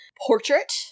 portrait